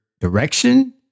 direction